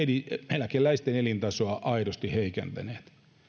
eläkeläisten elintasoa aidosti heikentäneet